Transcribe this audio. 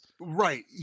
Right